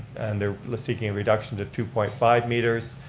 and they're seeking a reduction to two point five meters,